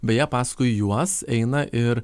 beje paskui juos eina ir